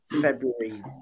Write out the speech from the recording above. February